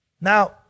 Now